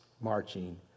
marching